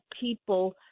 people